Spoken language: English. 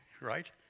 Right